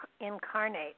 incarnate